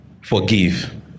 forgive